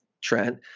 Trent